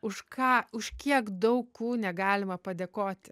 už ką už kiek daug kūne galima padėkoti